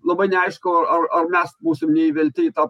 labai neaišku ar ar mes būsim neįvelti į tą